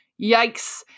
yikes